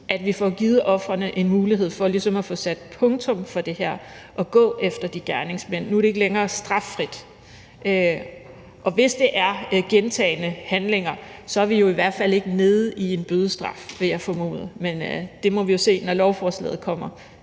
at vi får givet ofrene en mulighed for ligesom at få sat punktum for det her, altså ved at der bliver gået efter de her gerningsmænd, da det nu ikke længere er straffrit. Og hvis der er tale om gentagne handlinger, er vi jo i hvert fald ikke nede på en bødestraf, vil jeg formode, men det må vi jo se, når lovforslaget kommer.